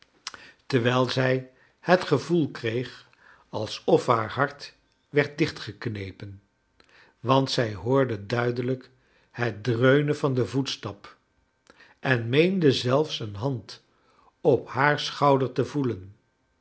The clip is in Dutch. terwijl zij het gevoel kreeg alsof haar hart werd dichtgeknepen want zij hoorde duidelijk het dreunen van den voetstap en meende zelfs een hand op haar schouder te voelen